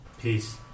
Peace